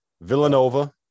Villanova